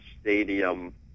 stadium